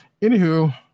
anywho